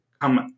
come